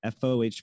FOH